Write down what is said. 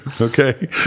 Okay